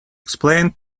explain